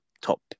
top